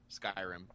Skyrim